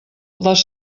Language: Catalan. les